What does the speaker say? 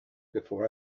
before